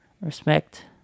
Respect